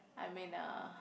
I'm in a